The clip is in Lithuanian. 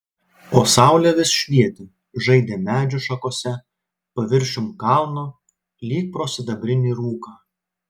o saulė vis švietė žaidė medžių šakose paviršium kalno lyg pro sidabrinį rūką